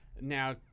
Now